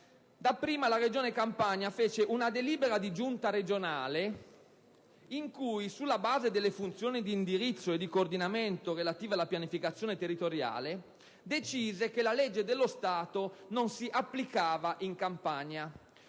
Dapprima la Regione Campania fece una delibera di Giunta regionale in cui, sulla base delle funzioni di indirizzo e di coordinamento relative alla pianificazione territoriale, decise che la legge dello Stato non si applicava sul